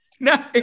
No